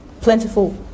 plentiful